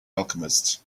alchemist